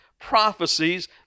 prophecies